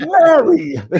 Mary